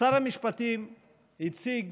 שר המשפטים הציג